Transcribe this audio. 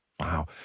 Wow